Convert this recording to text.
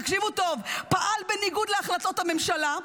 תקשיבו טוב: פעל בניגוד להחלטות הממשלה,